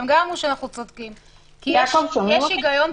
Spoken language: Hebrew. הם גם אמרו שאנחנו צודקים, כי יש הגיון פשוט.